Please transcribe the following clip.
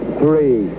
three